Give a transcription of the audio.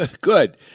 Good